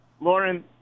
Lauren